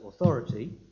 authority